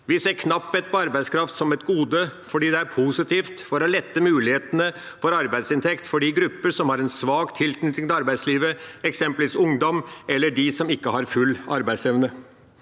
Vi ser knapphet på arbeidskraft som et gode, fordi det er positivt for å lette mulighetene for arbeidsinntekt for de grupper som har en svak tilknytning til arbeidslivet, eksempelvis ungdom eller de som ikke har full arbeidsevne.